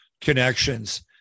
connections